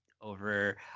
Over